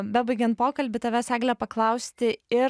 bebaigiant pokalbį tavęs eglė paklausti ir